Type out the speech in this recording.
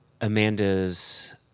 Amanda's